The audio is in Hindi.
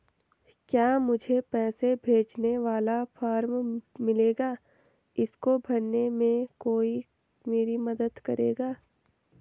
क्या मुझे पैसे भेजने वाला फॉर्म मिलेगा इसको भरने में कोई मेरी मदद करेगा?